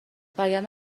وگرنه